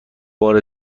بار